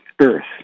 Earth